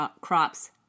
crops